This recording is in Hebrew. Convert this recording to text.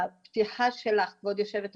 בפתיחת הדיון שלך, כבוד יושבת הראש,